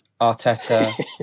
Arteta